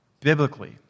Biblically